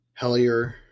Hellier